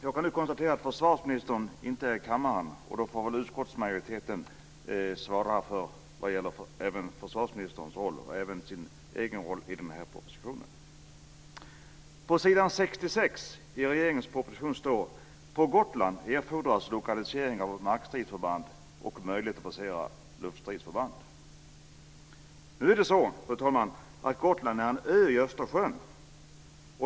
Jag konstaterar att försvarsministern inte är kvar i kammaren, och då får väl utskottsmajoriteten svara för försvarsministerns roll och sin egen roll i propositionen. Gotland erfordras lokalisering av markstridsförband och möjligheter att basera luftstridsförband." Nu är det så att Gotland är en ö i Östersjön.